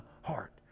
heart